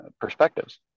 perspectives